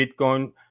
Bitcoin